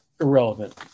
irrelevant